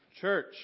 Church